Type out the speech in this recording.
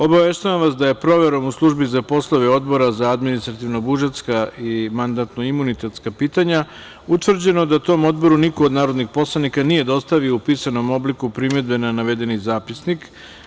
Obaveštavam vas da je proverom u Službi za poslove Odbora za administrativno-budžetska i mandatno-imunitetska pitanja utvrđeno da tom Odboru niko od narodnih poslanika nije dostavio u pisanom obliku primedbe na navedeni zapisnik.